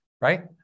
right